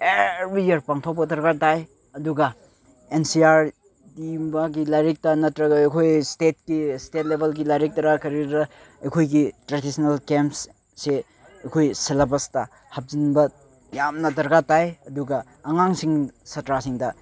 every year ꯄꯥꯡꯊꯣꯛꯄ ꯗꯔꯀꯥꯔ ꯇꯥꯏ ꯑꯗꯨꯒ ꯑꯦꯟ ꯁꯤ ꯑꯥꯔ ꯇꯤꯒꯨꯝꯕꯒꯤ ꯂꯥꯏꯔꯤꯛꯇ ꯅꯠꯇ꯭ꯔꯒ ꯑꯩꯈꯣꯏ ꯏꯁꯇꯦꯠꯀꯤ ꯏꯁꯇꯦꯠ ꯂꯦꯚꯦꯜꯒꯤ ꯂꯥꯏꯔꯤꯛꯇꯔꯥ ꯀꯔꯤꯗꯔꯥ ꯑꯩꯈꯣꯏꯒꯤ ꯇ꯭ꯔꯦꯗꯤꯁꯅꯦꯜ ꯒꯦꯝꯁꯁꯦ ꯑꯩꯈꯣꯏ ꯁꯦꯂꯦꯕꯁꯇ ꯍꯥꯞꯆꯤꯟꯕ ꯌꯥꯝꯅ ꯗꯔꯀꯥꯔ ꯇꯥꯏ ꯑꯗꯨꯒ ꯑꯉꯥꯡꯁꯤꯡ ꯁꯥꯠꯇ꯭ꯔꯁꯤꯡꯗ